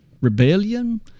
rebellion